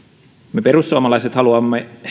me perussuomalaiset haluamme